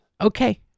okay